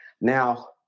Now